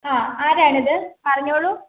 ആ ആരാണിത് പറഞ്ഞോളൂ